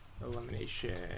elimination